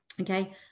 okay